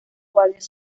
guardias